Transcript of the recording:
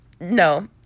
No